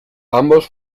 ambos